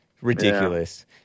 Ridiculous